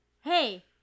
hey